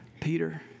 Peter